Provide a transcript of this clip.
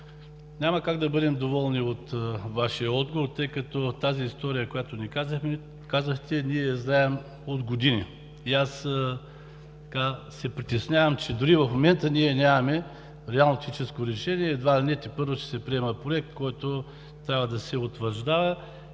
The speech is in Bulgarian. няма как да бъдем доволни от Вашия отговор, тъй като историята, която ни казахте, ние я знаем от години. Аз се притеснявам, че дори в момента ние нямаме реално техническо решение, едва ли не тепърва ще се приема проект, който трябва да се утвърждава.